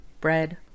Bread